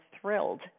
thrilled